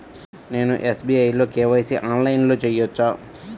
నేను ఎస్.బీ.ఐ లో కే.వై.సి ఆన్లైన్లో చేయవచ్చా?